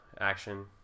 action